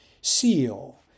seal